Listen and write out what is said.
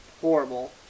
horrible